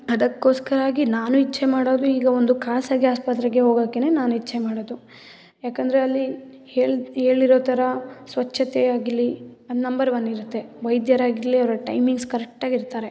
ಅದಕೋಸ್ಕರವಾಗಿ ನಾನು ಇಚ್ಛೆ ಮಾಡೋದು ಈಗ ಒಂದು ಖಾಸಗಿ ಆಸ್ಪತ್ರೆಗೆ ಹೋಗೋಕ್ಕೆನೆ ನಾನು ಇಚ್ಛೆ ಮಾಡೋದು ಯಾಕಂದರೆ ಅಲ್ಲಿ ಹೇಳಿರೋ ಥರ ಸ್ವಚ್ಛತೆ ಆಗಲಿ ಅದು ನಂಬರ್ ಒನ್ ಇರುತ್ತೆ ವೈದ್ಯರಾಗಲಿ ಅವರ ಟೈಮಿಂಗ್ಸ್ ಕರೆಕ್ಟಾಗಿರ್ತಾರೆ